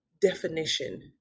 definition